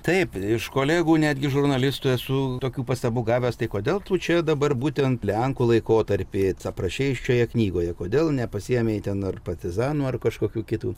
taip iš kolegų netgi žurnalistų esu tokių pastabų gavęs tai kodėl tu čia dabar būtent lenkų laikotarpį aprašei šioje knygoje kodėl nepasiėmei ten ar partizanų ar kažkokių kitų